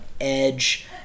Edge